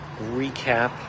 recap